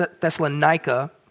Thessalonica